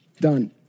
Done